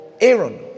Aaron